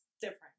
different